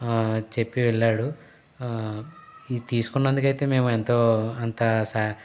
చెప్పి వెళ్ళాడు తీసుకున్నందుకు అయితే మేము ఎంతో అంత శా